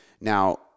Now